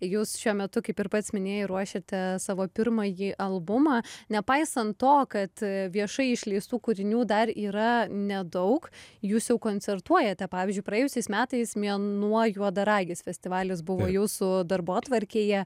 jūs šiuo metu kaip ir pats minėjai ruošiate savo pirmąjį albumą nepaisant to kad viešai išleistų kūrinių dar yra nedaug jūs jau koncertuojate pavyzdžiui praėjusiais metais mėnuo juodaragis festivalis buvo jūsų darbotvarkėje